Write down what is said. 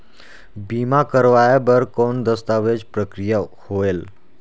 बीमा करवाय बार कौन दस्तावेज प्रक्रिया होएल?